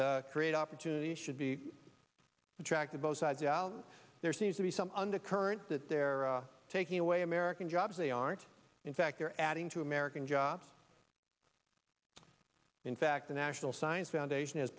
to create opportunity should be attractive both sides out there seems to be some undercurrent that they're taking away american jobs they aren't in fact they're adding to american jobs in fact the national science foundation